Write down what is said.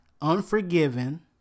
Unforgiven